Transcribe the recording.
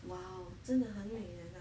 !wow! 真的很美 leh